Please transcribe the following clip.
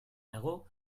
nago